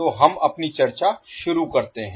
तो हम अपनी चर्चा शुरू करते हैं